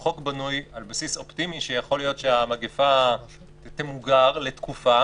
החוק בנוי על בסיס אופטימי שיכול להיות שהמגיפה תמוגר לתקופה,